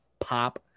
pop